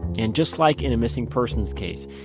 and just like in a missing persons case,